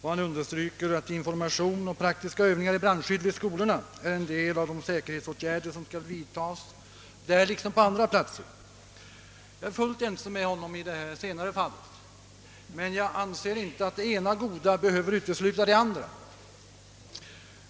Han understryker att information och praktiska övningar i brandskydd vid skolorna tillhör de säkerhetsåtgärder som måste vidtas där liksom på andra platser. Jag är fullt ense med honom i det senare fallet, men jag anser att det ena goda inte behöver utesluta det andra.